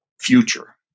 future